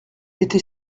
était